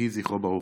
יהי זכרו ברוך.